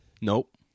Nope